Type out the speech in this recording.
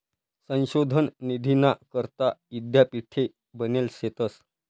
संशोधन निधीना करता यीद्यापीठे बनेल शेतंस